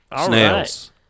snails